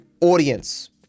audience